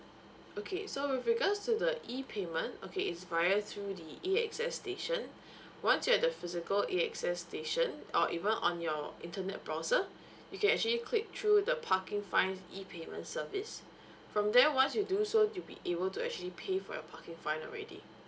okay so with regards to the E payment okay it's via through the A_X_S station once you are at the physical A_X_S station or even on your internet browser you can actually click through the parking fine E payment service from there once you do so you'll be able to actually pay for your parking fine already